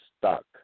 stuck